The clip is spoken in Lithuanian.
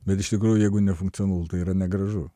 bet iš tikrųjų jeigu nefunkcionalu tai yra negražu